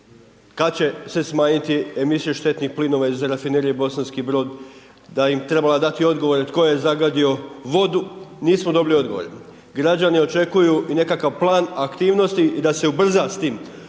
kada će se smanjiti emisija štetnih plinova iz Rafinerije Bosanski Brod, da im treba dati odgovore tko je zagadio vodu, nismo dobili odgovore. Građani očekuju i nekakav plan aktivnosti, da se ubrza s tim.